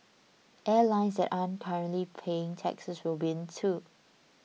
airlines that aren't currently paying taxes will win too